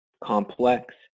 complex